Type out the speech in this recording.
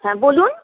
হ্যাঁ বলুন